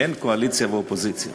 אין קואליציה ואופוזיציה,